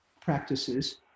practices